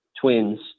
Twins